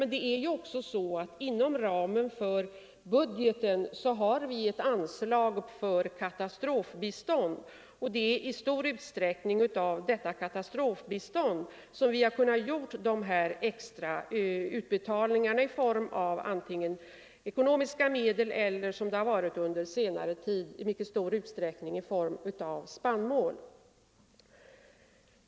Men det är ju också så att vi inom ramen för budgeten har ett anslag för katastrofbistånd, och det är i stor utsträckning från detta anslag som vi har kunnat göra de här extra utbetalningarna antingen i form av ekonomiska bidrag eller — som det ofta varit under senare tid —- i form av spannmål.